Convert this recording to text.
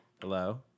Hello